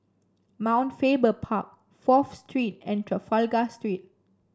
Mount Faber Park Fourth Street and Trafalgar Street